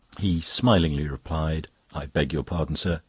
he smilingly replied i beg your pardon, sir,